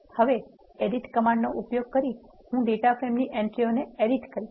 હવે એડિટ કમાન્ડનો ઉપયોગ કરી હું ડેટા ફ્રેમની એન્ટ્રિઓને એડિટ કરીશ